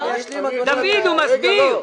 דוד ביטן, הוא מסביר.